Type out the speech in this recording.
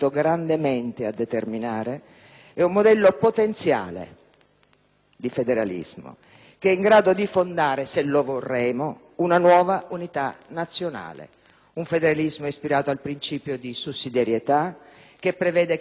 di federalismo, che è in grado di fondare, se lo vorremo, una nuova unità nazionale. Un federalismo ispirato al principio di sussidiarietà, che prevede che verticale sia la perequazione e dunque tutela le aree più deboli,